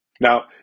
Now